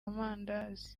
amandazi